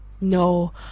no